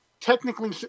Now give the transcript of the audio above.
technically